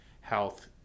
health